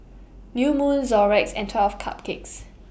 New Moon Xorex and twelve Cupcakes